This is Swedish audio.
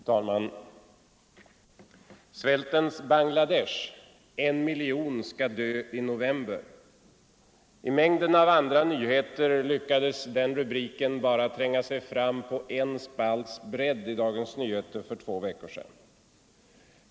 Herr talman! ”Svältens Bangladesh — en miljon skall dö i november”. I mängden av andra nyheter lyckades den rubriken bara tränga sig fram på en spalts bredd i Dagens Nyheter för två veckor sedan.